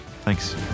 thanks